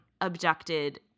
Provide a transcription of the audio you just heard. abducted